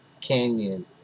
Canyon